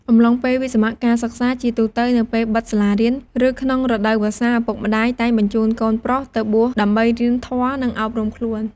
អំឡុងពេលវិស្សមកាលសិក្សា ជាទូទៅនៅពេលបិទសាលារៀន ឬក្នុងរដូវវស្សា ឪពុកម្ដាយតែងបញ្ជូនកូនប្រុសទៅបួសដើម្បីរៀនធម៌ និងអប់រំខ្លួន។